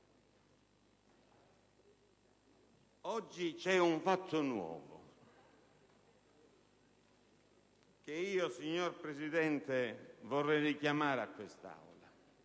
Oggi c'è un fatto nuovo che io, signor Presidente, vorrei richiamare all'attenzione